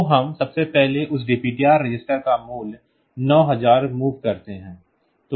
तो हम सबसे पहले उस DPTR रजिस्टर का मूल्य 9000 मोव करते हैं